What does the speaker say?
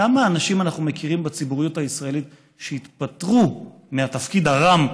כמה אנשים אנחנו מכירים בציבוריות הישראלית שהתפטרו מהתפקיד הרם,